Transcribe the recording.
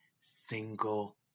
single